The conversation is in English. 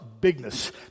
bigness